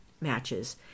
matches